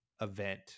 event